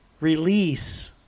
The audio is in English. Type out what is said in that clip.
release